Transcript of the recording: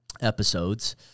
episodes